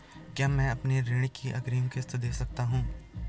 क्या मैं अपनी ऋण की अग्रिम किश्त दें सकता हूँ?